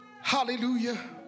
hallelujah